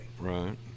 Right